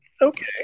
okay